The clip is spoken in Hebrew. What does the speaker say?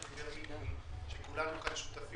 עליו דיבר מיקי וכולנו שותפים